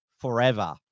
forever